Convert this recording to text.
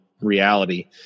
reality